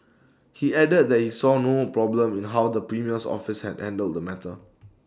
he added that he saw no problem in how the premier's office had handled the matter